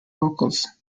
vocals